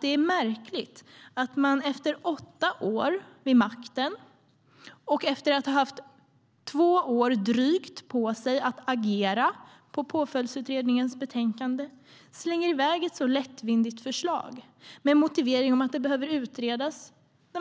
Det är märkligt att man efter åtta år vid makten och efter att ha haft drygt två år på sig att agera på Påföljdsutredningens betänkande slänger i väg ett så lättvindigt förslag med motiveringen att det behöver utredas.